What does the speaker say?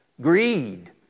greed